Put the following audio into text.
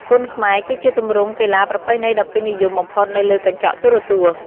គុនខ្មែរ គឺជាទម្រង់កីឡាប្រពៃណីដ៏ពេញនិយមបំផុតនៅលើកញ្ចក់ទូរទស្សន៍។